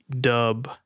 dub